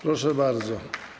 Proszę bardzo.